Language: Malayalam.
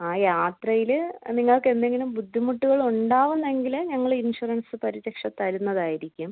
ആ യാത്രയില് നിങ്ങൾക്ക് എന്തേലും ബുദ്ധിമുട്ടുകളൊണ്ടാവുന്നെങ്കിൽ ഞങ്ങള് ഇൻഷുറൻസ്സ് പരിരക്ഷ തരുന്നതായിരിക്കും